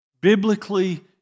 biblically